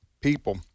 people